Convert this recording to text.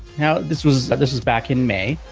now, this was this was back in may.